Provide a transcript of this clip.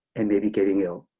and maybe getting ill,